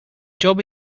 job